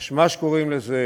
תשמ"ש קוראים לזה,